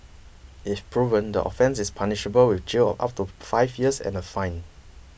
if proven the offence is punishable with jail of up to five years and a fine